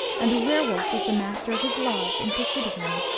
and the were-wolf was the master of his lodge in pursuit of him.